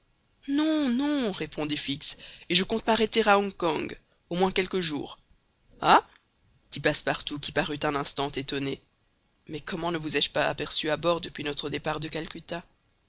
non non répondit fix et je compte m'arrêter à hong kong au moins quelques jours ah dit passepartout qui parut un instant étonné mais comment ne vous ai-je pas aperçu à bord depuis notre départ de calcutta